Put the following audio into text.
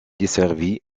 desservie